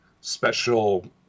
special